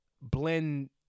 blend